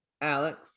Alex